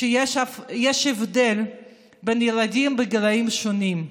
שיש הבדל בין ילדים בגילים שונים.